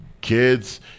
kids